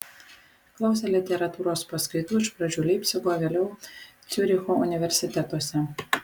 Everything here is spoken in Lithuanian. klausė literatūros paskaitų iš pradžių leipcigo vėliau ciuricho universitetuose